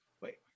wait